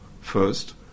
first